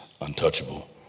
untouchable